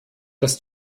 das